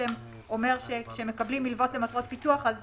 שאומר שכאשר מקבלים מילוות למטרות פיתוח אז